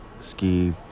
Ski